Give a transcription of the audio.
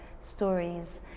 stories